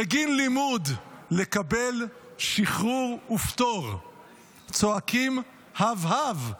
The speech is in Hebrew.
בגין לימוד לקבל שחרור ופטור צועקים הב הב,